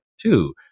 two